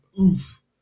oof